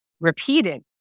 repeated